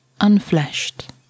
unfleshed